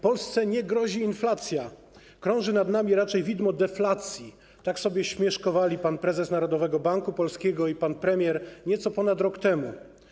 Polsce nie grozi inflacja, krąży nad nami raczej widmo deflacji, tak sobie śmieszkowali pan prezes Narodowego Banku Polskiego i pan premier nieco ponad rok temu.